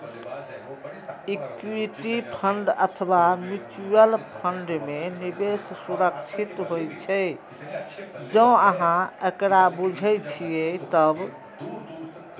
equity fund अथवा mutual fund मे निवेश सुरक्षित होइ छै, जौं अहां एकरा बूझे छियै तब